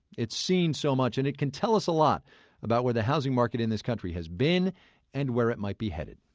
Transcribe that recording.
it's seen so much and it can tell us a lot about where the housing market in this country has been and where it might be headed